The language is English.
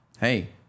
hey